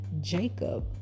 Jacob